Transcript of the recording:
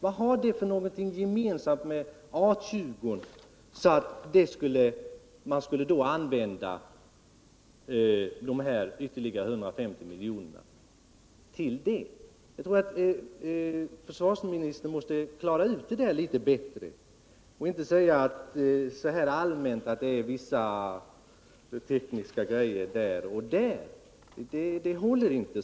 Vad har det gemensamt med A 20, som man skulle använda de här ytterligare 150 miljonerna till? Jag tror att försvarsministern måste klara ut detta litet bättre och inte rent allmänt säga att det är vissa tekniska grejer där och där. Det håller inte.